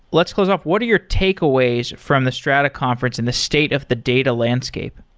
let's close off. what are your takeaways from the strata conference and the state of the data landscape?